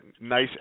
nice